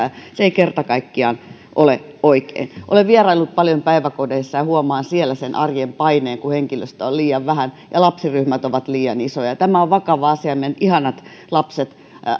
se ei kerta kaikkiaan ole oikein olen vieraillut paljon päiväkodeissa ja huomaan siellä sen arjen paineen kun henkilöstöä on liian vähän ja lapsiryhmät ovat liian isoja tämä on vakava asia meidän ihanat lapset